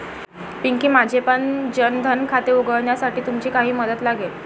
पिंकी, माझेपण जन धन खाते उघडण्यासाठी तुमची काही मदत लागेल